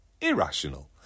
Irrational